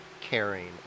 caring